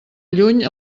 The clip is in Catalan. lluny